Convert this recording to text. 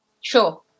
Sure